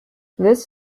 this